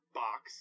box